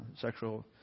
sexual